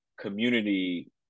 community